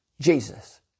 Jesus